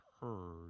heard